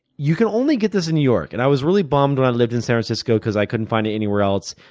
you can only get this in new york. and i was really bummed when i lived in san francisco because i couldn't find it anywhere else.